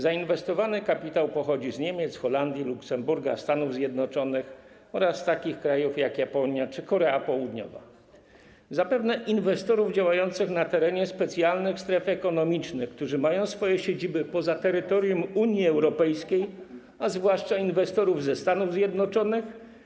Zainwestowany kapitał pochodzi z Niemiec, Holandii, Luksemburga, Stanów Zjednoczonych oraz z takich krajów jak Japonia czy Korea Południowa, zapewne od inwestorów działających na terenie specjalnych stref ekonomicznych, którzy mają swoje siedziby poza terytorium Unii Europejskiej, a zwłaszcza inwestorów ze Stanów Zjednoczonych.